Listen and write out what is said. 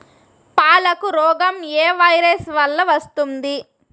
పాలకు రోగం ఏ వైరస్ వల్ల వస్తుంది?